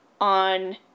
on